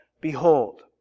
Behold